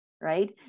right